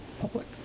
public